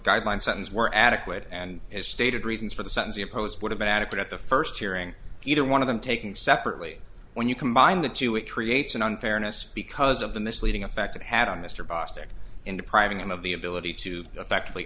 guideline sentence were adequate and as stated reasons for the sentence imposed would have been adequate at the first hearing either one of them taking separately when you combine the two it creates an unfairness because of the misleading effect it had on mr bostic in depriving him of the ability to effect